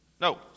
No